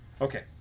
Okay